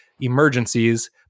emergencies